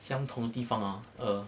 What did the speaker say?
相同地方啊 err